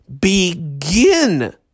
begin